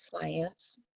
Science